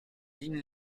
digne